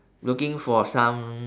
looking for some